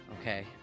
Okay